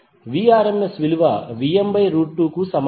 Vrms విలువ Vm by root 2 కు సమానం